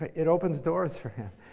it opens doors for him.